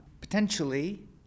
potentially